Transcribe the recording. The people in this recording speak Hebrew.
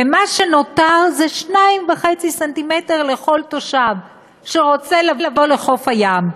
ומה שנותר זה 2.5 ס"מ לכל תושב שרוצה לבוא לחוף הים,